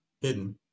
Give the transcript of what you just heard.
hidden